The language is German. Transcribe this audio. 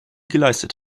geleistet